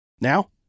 Now